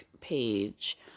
page